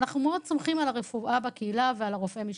אנחנו מאוד סומכים על הרפואה בקהילה ועל רופא המשפחה,